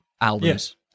albums